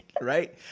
right